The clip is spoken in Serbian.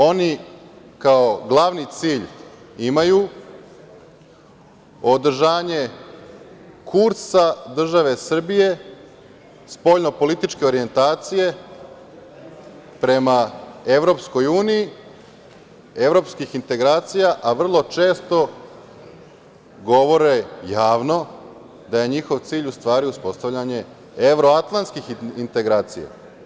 Oni kao glavni cilj imaju održanje kursa države Srbije, spoljno-političke orijentacije prema EU, evropskih integracija, a vrlo često govore javno da je njihov cilj u stvari uspostavljanje evroatlantskih integracija.